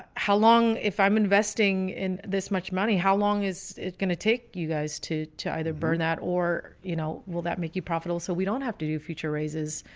how long? if i'm investing in this much money? how long? is it going to take you guys to to either burn that or, you know, will that make you profitable, so we don't have to do future raises?